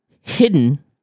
hidden